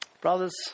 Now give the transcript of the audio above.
Brothers